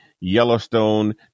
Yellowstone